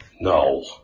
No